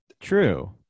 True